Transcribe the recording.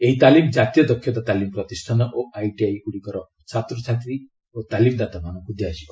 ଏହି ତାଲିମ କାତୀୟ ଦକ୍ଷତା ତାଲିମ ପ୍ରତିଷ୍ଠାନ ଓ ଆଇଟିଆଇଗୁଡ଼ିକର ଛାତ୍ରଛାତ୍ରୀ ତାଲିମଦାତାମାନଙ୍କୁ ଦିଆଯିବ